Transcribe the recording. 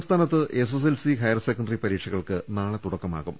സംസ്ഥാനത്ത് SSLC higher secondary പരീക്ഷ കൾക്ക് നാളെ തുടക്കമാകും